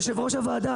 יושב ראש הוועדה,